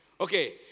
Okay